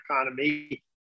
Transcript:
economy